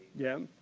yeah.